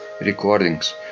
recordings